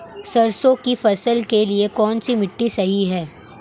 सरसों की फसल के लिए कौनसी मिट्टी सही हैं?